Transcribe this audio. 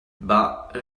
bah